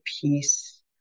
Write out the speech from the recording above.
piece